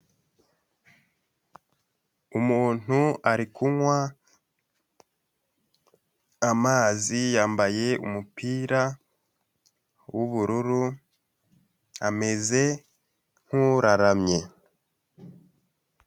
Umuntu ari kunywa amazi yambaye umupira w'ubururu ameze nk'uraramye.